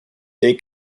they